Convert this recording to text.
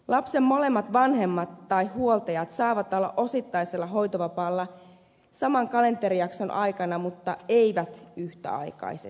lapsen molemmat vanhemmat tai huoltajat saavat olla osittaisella hoitovapaalla saman kalenterijakson aikana mutta eivät yhtäaikaisesti